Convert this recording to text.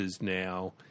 now